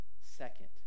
second